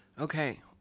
Okay